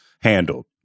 handled